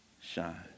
shine